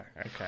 okay